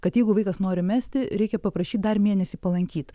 kad jeigu vaikas nori mesti reikia paprašyt dar mėnesį palankyt